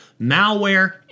malware